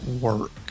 work